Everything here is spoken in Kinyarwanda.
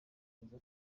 yemeza